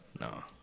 No